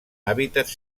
hàbitats